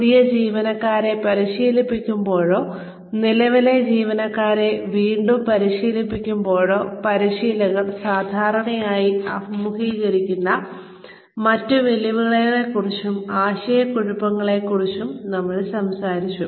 പുതിയ ജീവനക്കാരെ പരിശീലിപ്പിക്കുമ്പോഴോ നിലവിലെ ജീവനക്കാരെ വീണ്ടും പരിശീലിപ്പിക്കുമ്പോഴോ പരിശീലകർ സാധാരണയായി അഭിമുഖീകരിക്കുന്ന മറ്റ് വെല്ലുവിളികളെയും ആശയക്കുഴപ്പങ്ങളെയും കുറിച്ച് നമ്മൾ സംസാരിച്ചു